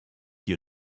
you